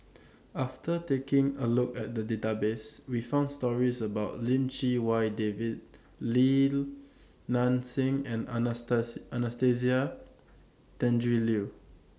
after taking A Look At The Database We found stories about Lim Chee Wai David Li Nanxing and Anastasia Tjendri Liew